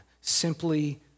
Simply